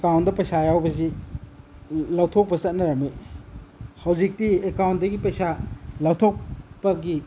ꯑꯦꯀꯥꯎꯟꯗ ꯄꯩꯁꯥ ꯌꯥꯎꯕꯁꯤ ꯂꯧꯊꯣꯛꯄ ꯆꯠꯅꯔꯝꯏ ꯍꯧꯖꯤꯛꯇꯤ ꯑꯦꯀꯥꯎꯟꯗꯒꯤ ꯄꯩꯁꯥ ꯂꯧꯊꯣꯛꯄꯒꯤ